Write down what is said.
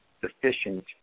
sufficient